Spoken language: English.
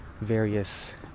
various